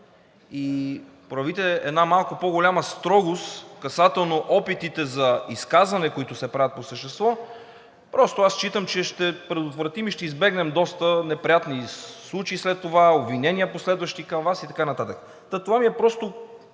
и проявите една малко по-голяма строгост касателно опитите за изказване, които се правят по същество, просто аз считам, че ще предотвратим и ще избегнем доста неприятни случаи след това – обвинения, последващи към Вас, и така нататък. Та това ми е просто